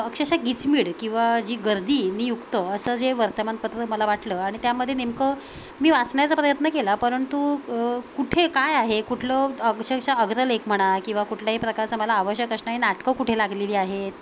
अक्षरशः गिचमीड किंवा जी गर्दीने युक्त असं जे वर्तमानपत्र मला वाटलं आणि त्यामध्ये नेमकं मी वाचण्याचा प्रयत्न केला परंतु कुठे काय आहे कुठलं अक्षरशः अग्रलेख म्हणा किंवा कुठल्याही प्रकारचं मला आवश्यक असणारी नाटकं कुठे लागलेली आहेत